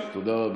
תודה רבה.